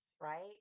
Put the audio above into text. right